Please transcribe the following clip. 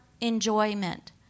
enjoyment